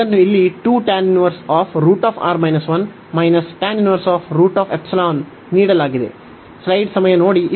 ಇದನ್ನು ಇಲ್ಲಿ ನೀಡಲಾಗಿದೆ